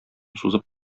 сузып